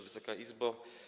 Wysoka Izbo!